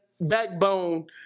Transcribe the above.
backbone